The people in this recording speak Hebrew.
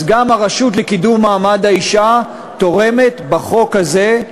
אז גם הרשות לקידום מעמד האישה תורמת בחוק הזה,